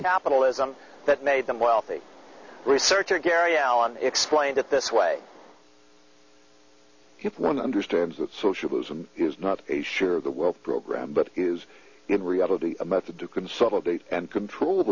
capitalism that made them wealthy researcher gary allen explained it this way if one understands that socialism is not a sure the will program but is in reality a method to consolidate and control